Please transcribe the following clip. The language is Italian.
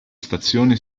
stazione